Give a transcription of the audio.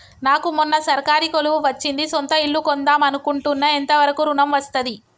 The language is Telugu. నాకు మొన్న సర్కారీ కొలువు వచ్చింది సొంత ఇల్లు కొన్దాం అనుకుంటున్నా ఎంత వరకు ఋణం వస్తది?